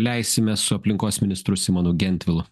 leisimės su aplinkos ministru simonu gentvilu